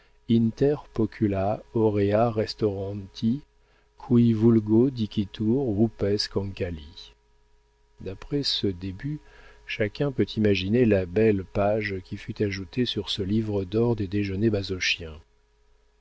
rupes cancali d'après ce début chacun peut imaginer la belle page qui fut ajoutée sur ce livre d'or des déjeuners